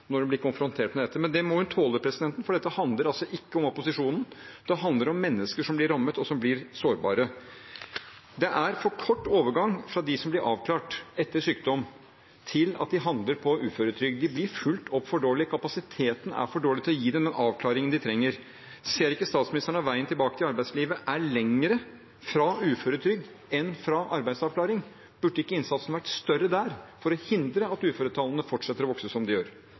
når hun blir konfrontert med dette, men det må hun tåle, for dette handler ikke om opposisjonen, det handler om mennesker som blir rammet, og som blir sårbare. Det er for kort overgang for dem som blir avklart etter sykdom, til de havner på uføretrygd. De blir for dårlig fulgt opp. Kapasiteten er for dårlig til å gi dem den avklaringen de trenger. Ser ikke statsministeren at veien tilbake til arbeidslivet er lengre fra uføretrygd enn fra arbeidsavklaring? Burde ikke innsatsen vært større der for å hindre at uføretallene fortsetter å vokse som de gjør?